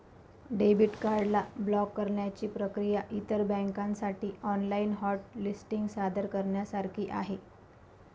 debit card ला block करण्याची प्रक्रिया इतर बँकांसाठी ऑनलाइन हॉट लिस्टिंग सादर करण्यासारखी आहे